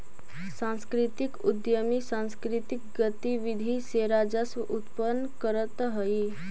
सांस्कृतिक उद्यमी सांकृतिक गतिविधि से राजस्व उत्पन्न करतअ हई